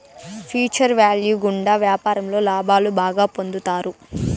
future value గుండా వ్యాపారంలో లాభాలు బాగా పొందుతారు